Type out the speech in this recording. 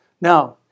Now